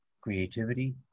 creativity